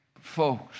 Folks